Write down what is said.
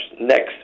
next